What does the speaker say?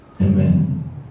Amen